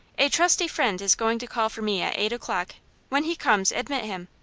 a trusty friend is going to call for me at eight o'clock when he comes admit him.